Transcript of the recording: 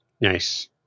nice